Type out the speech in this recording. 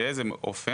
באיזה אופן?